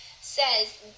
says